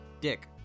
dick